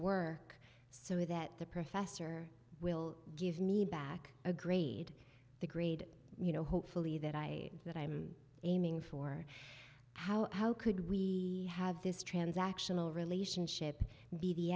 were so that the professor will give me back a grade the grade you know hopefully that i that i'm aiming for how could we have this transactional relationship be the